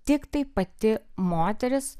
tiktai pati moteris